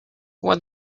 what